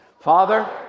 Father